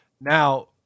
Now